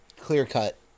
clear-cut